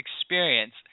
experience